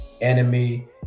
enemy